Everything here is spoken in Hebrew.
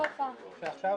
בשעה